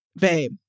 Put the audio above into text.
babe